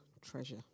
treasure